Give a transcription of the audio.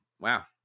wow